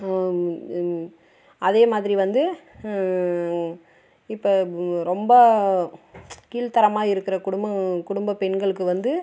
அதே மாதிரி வந்து இப்ப ரொம்ப கீழ் தரமாக இருக்கிற குடும்பங்க குடும்ப பெண்களுக்கு வந்து